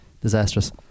Disastrous